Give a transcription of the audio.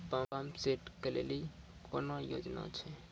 Pump set केलेली कोनो योजना छ?